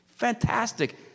fantastic